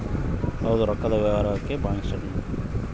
bank statement ಅಂದ್ರ ದುಡ್ಡಿನ ವ್ಯವಹಾರ